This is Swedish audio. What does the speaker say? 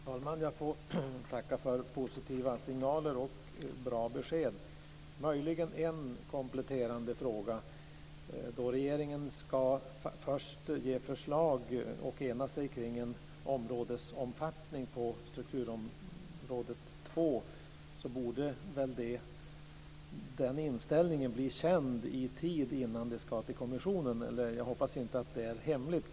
Fru talman! Jag får tacka för positiva signaler och bra besked. Möjligen har jag en kompletterande fråga. Då regeringen skall komma med förslag och enas kring en områdesomfattning på strukturområde 2 borde väl den inställningen bli känd i tid innan det går vidare till kommissionen. Jag hoppas att det inte är hemligt.